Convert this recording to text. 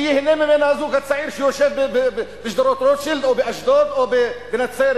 שייהנה ממנה הזוג הצעיר שיושב בשדרות-רוטשילד או באשדוד או בנצרת.